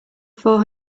four